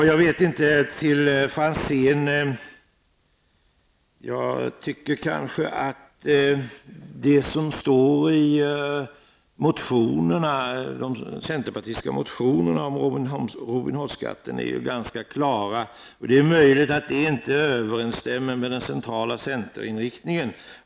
Till Ivar Franzén: Jag tycker kanske att det som står i de centerpartistiska motionerna om Robin Hoodskatten är ganska klart. Det är också på den grunden som jag har uppfattat centerns allmänna hållning.